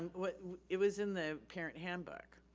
and it was in the parent handbook.